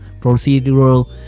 procedural